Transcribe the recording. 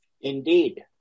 Indeed